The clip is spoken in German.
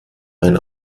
mein